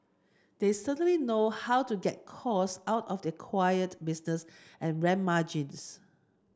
they certainly know how to get costs out of the acquired business and ramp margins